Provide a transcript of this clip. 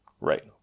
Right